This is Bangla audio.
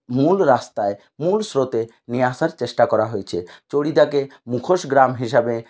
মূল রাস্তায় মূল স্রোতে নিয়ে আসার চেষ্টা করা হয়েছে চরিদাকে মুখোশ গ্রাম হিসাবে